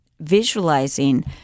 visualizing